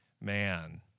Man